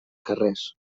carrers